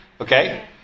Okay